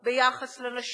ביחס לנשים,